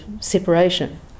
separation